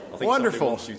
Wonderful